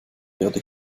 werde